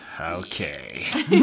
okay